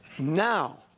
Now